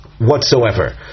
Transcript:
whatsoever